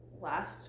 last